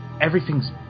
everything's